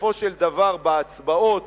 בסופו של דבר, בהצבעות